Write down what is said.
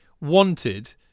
wanted